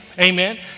Amen